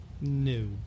No